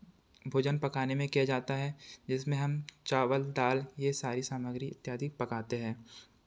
भोजन पकाने में किया जाता है जिसमें हम चावल दाल यह सारी सामग्री इत्यादि पकाते हैं